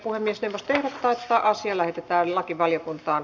puhemiesneuvosto ehdottaa että asia lähetetään lakivaliokuntaan